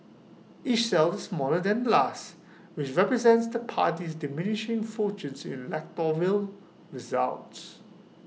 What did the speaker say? each cell is smaller than the last which represents the party's diminishing fortunes in electoral results